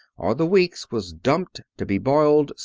or the week's, was dumped, to be boiled,